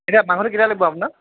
কেতিয়া মাংসটো কেতিয়া লাগিব আপোনাক